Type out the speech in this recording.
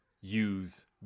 use